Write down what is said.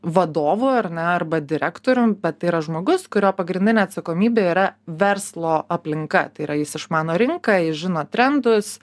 vadovu ar ne arba direktorium bet tai yra žmogus kurio pagrindinė atsakomybė yra verslo aplinka tai yra jis išmano rinką jis žino trendus